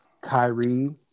Kyrie